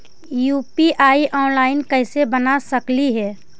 UPI online कैसे बना सकली हे?